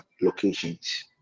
locations